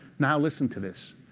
now listen to this.